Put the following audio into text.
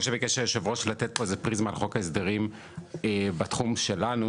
כמו שביקש יושב הראש לתת פה איזה פריזמה לחוק ההסדרים בתחום שלנו,